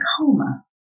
coma